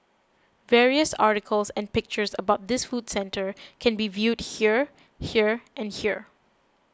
various articles and pictures about this food centre can be viewed here here and here